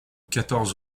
quatorze